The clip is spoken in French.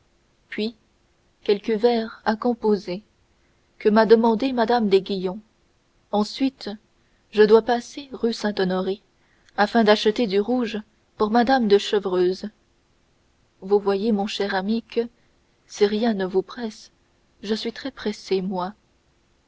puis quelques vers à composer que m'a demandés mme d'aiguillon ensuite je dois passer rue saint-honoré afin d'acheter du rouge pour mme de chevreuse vous voyez mon cher ami que si rien ne vous presse je suis très